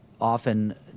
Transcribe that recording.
often